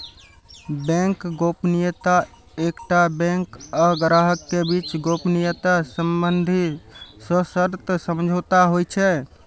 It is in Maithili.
बैंक गोपनीयता एकटा बैंक आ ग्राहक के बीच गोपनीयता संबंधी सशर्त समझौता होइ छै